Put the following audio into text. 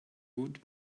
would